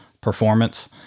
performance